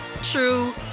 true